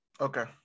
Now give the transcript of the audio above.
Okay